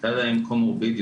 הייתה להם קו-מורבידיות,